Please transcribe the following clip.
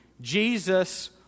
Jesus